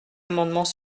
amendements